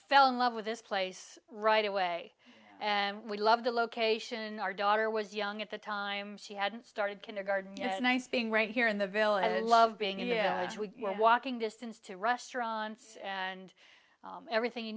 fell in love with this place right away and we love the location our daughter was young at the time she had started kindergarten you know nice being right here in the village love being in yeah it's we were walking distance to restaurants and everything you